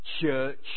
church